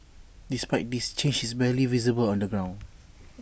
despite this change is barely visible on the ground